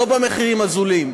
לא במחירים הזולים.